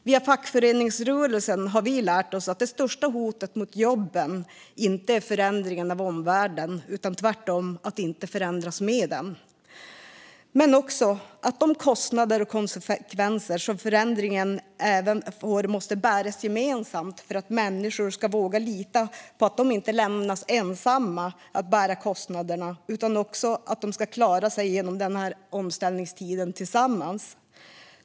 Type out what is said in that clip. Via fackföreningsrörelsen har vi lärt oss att det största hotet mot jobben inte är förändringarna i omvärlden utan tvärtom att inte förändras med dem. Kostnaderna för och konsekvenserna av förändringarna måste också bäras gemensamt för att människor ska våga lita på att de inte lämnas ensamma att bära kostnaderna, utan att de ska klara sig genom omställningstiden tillsammans.